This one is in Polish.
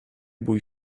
bój